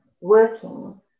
working